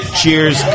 cheers